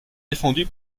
défendue